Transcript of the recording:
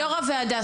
יו"ר הוועדה,